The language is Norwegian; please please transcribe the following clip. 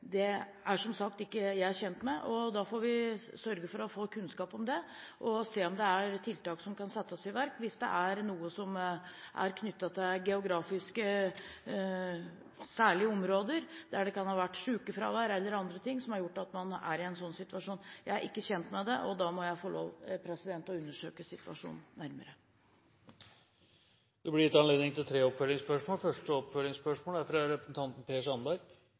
Det er jeg, som sagt, ikke kjent med. Vi får sørge for å få kunnskap om det og se om det er tiltak som kan settes i verk hvis det er noe som er knyttet til særlige geografiske områder. Det kan ha vært sykefravær eller andre ting som har gjort at man er i en sånn situasjon. Jeg er ikke kjent med dette, og da må jeg få lov til å undersøke situasjonen nærmere. Det blir gitt anledning til tre oppfølgingsspørsmål – først Per Sandberg. Først vil jeg si at det er